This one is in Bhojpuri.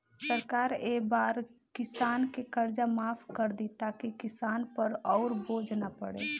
सरकार ए बार किसान के कर्जा माफ कर दि ताकि किसान पर अउर बोझ ना पड़े